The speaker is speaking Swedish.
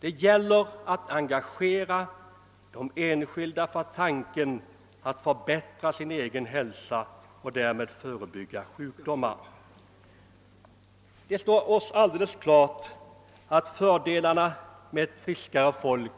Det gäller att engagera de enskilda för tanken att förbättra den egna hälsan och därmed förebygga sjukdomar. Fördelarna med ett friskare folk